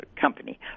company